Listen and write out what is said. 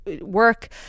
Work